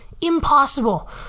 impossible